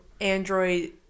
Android